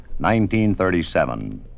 1937